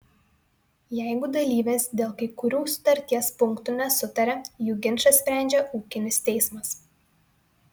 jeigu dalyvės dėl kai kurių sutarties punktų nesutaria jų ginčą sprendžia ūkinis teismas